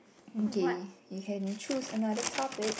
okay you can choose another topic